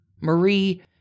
Marie